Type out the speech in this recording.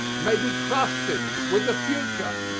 may be trusted with the future.